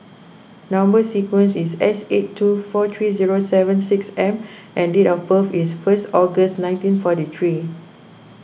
Number Sequence is S eight two four three zero seven six M and date of birth is first August nineteen forty three